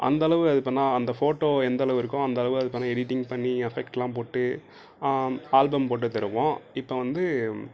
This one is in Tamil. அந்தளவு அது பண்ணால் அந்த ஃபோட்டோ எந்தளவு இருக்கோ அந்தளவு அதுக்கான எடிட்டிங் பண்ணி எஃபெக்ட்லாம் போட்டு ஆல்பம் போட்டு தருவோம் இப்போ வந்து